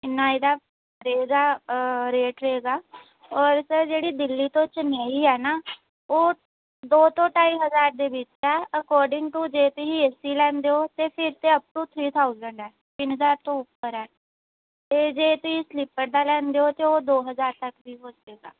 ਇੰਨਾ ਇਹਦਾ ਰਹੇਗਾ ਰੇਟ ਰਹੇਗਾ ਔਰ ਸਰ ਜਿਹੜੀ ਦਿੱਲੀ ਤੋਂ ਚੇਨਈ ਹੈ ਨਾ ਉਹ ਦੋ ਤੋਂ ਢਾਈ ਹਜ਼ਾਰ ਦੇ ਵਿੱਚ ਹੈ ਅਕੋਰਡਿੰਗ ਟੂ ਜੇ ਤੁਸੀਂ ਏ ਸੀ ਲੈਂਦੇ ਹੋ ਤਾਂ ਫਿਰ ਤਾਂ ਅਪਟੂ ਥ੍ਰੀ ਥਾਊਜੈਂਡ ਹੈ ਤਿੰਨ ਹਜ਼ਾਰ ਤੋਂ ਉੱਪਰ ਹੈ ਅਤੇ ਜੇ ਤੁਸੀਂ ਸਲਿਪਰ ਦਾ ਲੈਂਦੇ ਹੋ ਤਾਂ ਉਹ ਦੋ ਹਜ਼ਾਰ ਤੱਕ ਵੀ ਹੋ ਜਾਵੇਗਾ